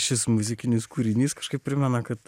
šis muzikinis kūrinys kažkaip primena kad